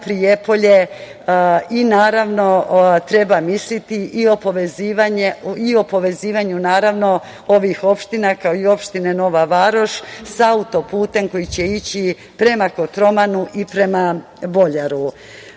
Prijepolje. Naravno, treba misliti i o povezivanju ovih opština, kao i opštine Nova Varoš sa autoputem koji će ići prema Kotromanu i prema Boljaru. Želim